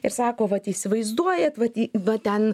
ir sako vat įsivaizduojat vat į va ten